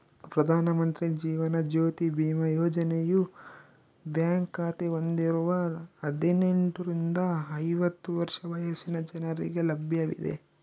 ಪ್ರಧಾನ ಮಂತ್ರಿ ಜೀವನ ಜ್ಯೋತಿ ಬಿಮಾ ಯೋಜನೆಯು ಬ್ಯಾಂಕ್ ಖಾತೆ ಹೊಂದಿರುವ ಹದಿನೆಂಟುರಿಂದ ಐವತ್ತು ವರ್ಷ ವಯಸ್ಸಿನ ಜನರಿಗೆ ಲಭ್ಯವಿದೆ